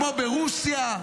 כמו ברוסיה,